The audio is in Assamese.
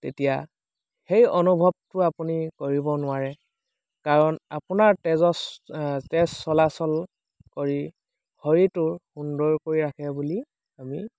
তেতিয়া সেই অনুভৱটো আপুনি কৰিব নোৱাৰে কাৰণ আপোনাৰ তেজৰ তেজ চলাচল কৰি শৰীৰটো সুন্দৰ কৰি ৰাখে বুলি আমি